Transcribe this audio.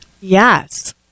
Yes